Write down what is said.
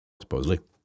supposedly